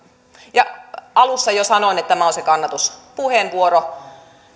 alussa jo sanoin että tämä on se kannatuspuheenvuoro